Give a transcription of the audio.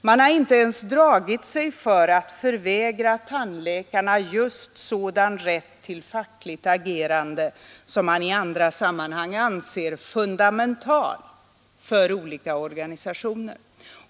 Man har inte dragit sig för att förvägra tandläkarna just sådan rätt till fackligt agerande som man i andra sammanhang anser fundamental för olika organisationer.